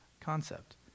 concept